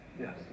Yes